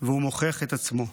ומוכיח את עצמו.